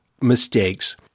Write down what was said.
mistakes